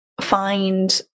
find